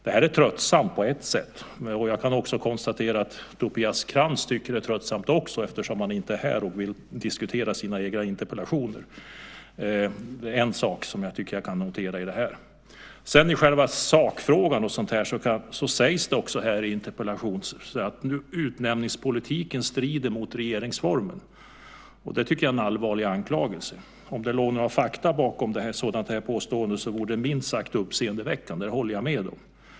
Det här är tröttsamt på ett sätt, och jag kan konstatera att också Tobias Krantz tycker att det är tröttsamt eftersom han inte är här och vill diskutera sina egna interpellationer. Det är en sak som jag tycker att jag kan notera här. När det gäller själva sakfrågan sägs det i interpellationen att utnämningspolitiken strider mot regeringsformen. Det tycker jag är en allvarlig anklagelse. Om det låg några fakta bakom påståendet vore det minst sagt uppseendeväckande. Det håller jag med om.